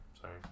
sorry